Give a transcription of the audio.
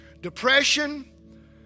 depression